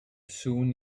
soon